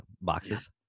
boxes